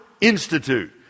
Institute